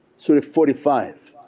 sort of forty five,